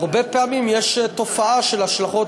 הרבה פעמים יש תופעה של השלכות.